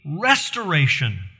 restoration